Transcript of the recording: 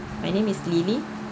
my name is lili